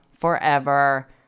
forever